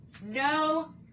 No